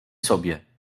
sobie